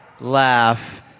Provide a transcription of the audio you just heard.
laugh